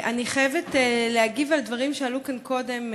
אני חייבת להגיב על דברים שעלו כאן קודם.